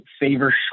favor